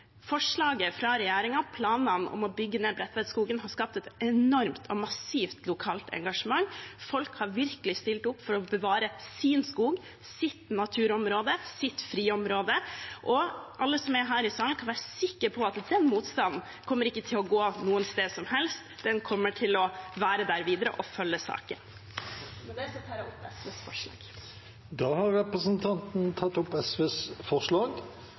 Forslaget fra regjeringen og planene om å bygge ned Bredtvetskogen har skapt et enormt og massivt lokalt engasjement. Folk har virkelig stilt opp for å bevare sin skog, sitt naturområde, sitt friområde, og alle som er her i salen, kan være sikre på at den motstanden ikke kommer til å gå noe sted som helst. Den kommer til å være der videre og følge saken. Med det tar jeg opp forslagene SV har alene. Da har representanten Kari Elisabeth Kaski tatt opp